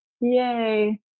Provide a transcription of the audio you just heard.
Yay